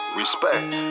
respect